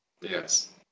yes